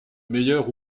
meilleur